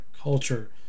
culture